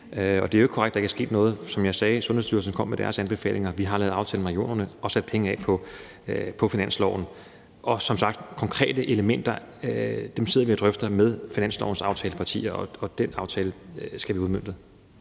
jo heller ikke korrekt, at der ikke er sket noget. Som jeg sagde, kom Sundhedsstyrelsen med deres anbefalinger; vi har lavet en aftale med regionerne og sat penge af på finansloven. Og som sagt sidder vi drøfter konkrete elementer med finanslovsaftalepartierne, og den aftale skal vi havde